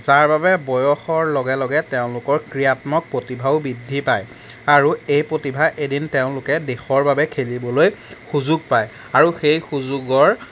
যাৰ বাবে বয়সৰ লগে লগে তেওঁলোকৰ ক্ৰিয়াত্মক প্ৰতিভাও বৃদ্ধি পায় আৰু এই প্ৰতিভা এদিন তেওঁলোকে দেশৰ বাবে খেলিবলৈ সুযোগ পায় আৰু সেই সুযোগৰ